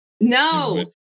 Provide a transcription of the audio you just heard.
No